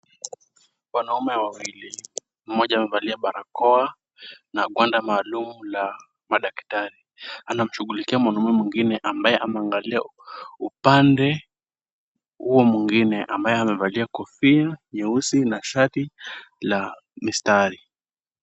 Wanaume wawili ,mmoja amevalia barakoa na guanda maalum la madaktari . Anamshughulikia mwanamume mwingine ambaye anaangalia upande huo mwingine ambaye amevalia kofia nyeusi na shati la mistari .